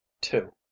two